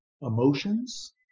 emotions